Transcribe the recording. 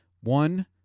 One